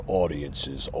audiences